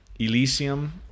Elysium